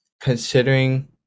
considering